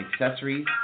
accessories